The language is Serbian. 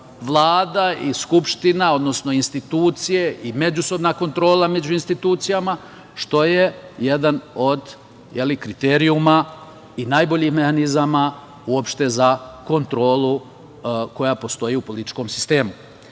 i Skupština, odnosno institucije i međusobna kontrola među institucijama, što je jedan od kriterijuma i najboljih mehanizama uopšte za kontrolu koja postoji u političkom